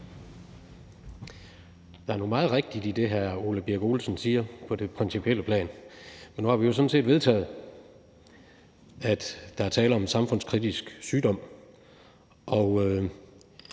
Der er nu meget rigtigt i det, hr. Ole Birk Olesen siger, på det principielle plan. Men nu har vi jo sådan set vedtaget, at der er tale om en samfundskritisk sygdom,